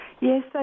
Yes